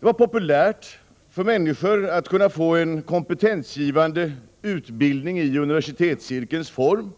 Det var populärt för människor att kunna få en kompetensgivande utbildning i universitetscirkelns form.